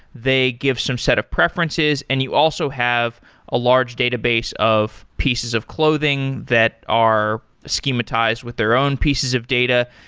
they give some set of preferences and you also have a large database of pieces of clothing that are so schematized with their own pieces of data.